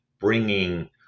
bringing